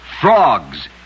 frogs